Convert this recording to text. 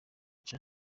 cha